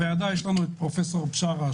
בוועדה נמצא פרופ' בשאראת,